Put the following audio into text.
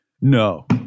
no